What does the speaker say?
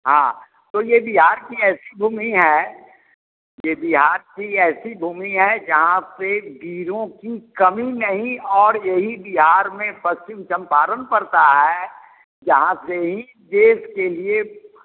हाँ तो यह बिहार की ऐसी भूमि है यह बिहार को ऐसी भूमि है जहाँ से गिरों कि कमी नहीं और यही बिहार में पश्चिम चम्पारण पड़ता है जहाँ से ही देश के लिए